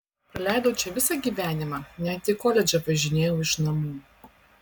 praleidau čia visą gyvenimą net į koledžą važinėjau iš namų